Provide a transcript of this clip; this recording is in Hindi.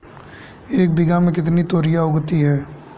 एक बीघा में कितनी तोरियां उगती हैं?